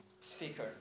speaker